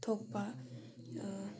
ꯊꯣꯛꯄ